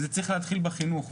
וזה צריך להתחיל בחינוך,